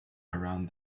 around